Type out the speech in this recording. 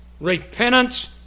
Repentance